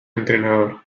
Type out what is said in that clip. entrenador